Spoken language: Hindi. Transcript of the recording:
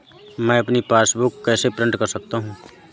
मैं अपनी पासबुक कैसे प्रिंट कर सकता हूँ?